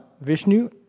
Vishnu